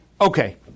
okay